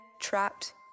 trapped